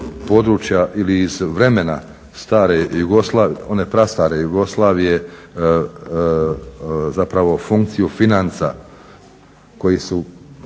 područja ili iz vremena stare Jugoslavije, one prastare Jugoslavije zapravo funkciju financa koji su